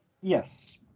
Yes